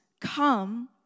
come